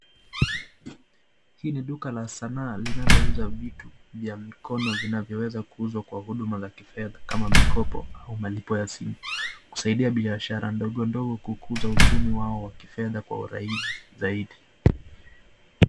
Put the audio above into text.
Hii ni duka la sanaa linalouza vitu ya mkono vinavyoweza kuuzwa kwa huduma za kifedha kama mikopo au malipo ya simu kusaidia biashara ndogo ndogo kukuza uchumi wao wa kifedha kwa urahisi zaidi.